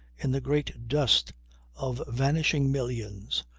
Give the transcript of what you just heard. in the great dust of vanishing millions!